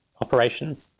operation